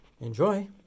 Enjoy